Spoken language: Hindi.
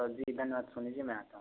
जी धन्यवाद सोनी जी मैं आता हूँ